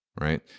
right